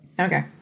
Okay